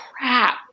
crap